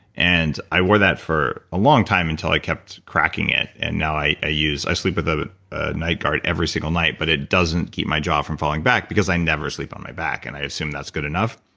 and i wore that for a long time until i kept cracking it, and now i use. i sleep with a ah night guard every single night, but it doesn't keep my jaw from falling back because i never sleep on my back. and i assume that's good enough.